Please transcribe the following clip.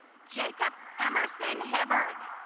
jacob emerson hibbard